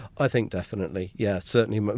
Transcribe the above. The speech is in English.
i think definitely yeah, certainly. but